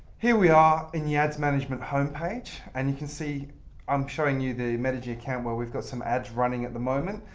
here we are in the ads management homepage and you can see i'm showing you the metigy account where we've got some ads running at the moment.